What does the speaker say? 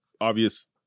obvious